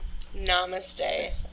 Namaste